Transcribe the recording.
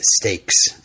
stakes